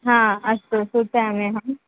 हा अस्तु सूचयामि अहम्